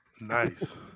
Nice